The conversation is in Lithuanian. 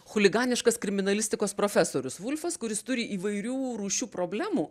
chuliganiškas kriminalistikos profesorius vulfas kuris turi įvairių rūšių problemų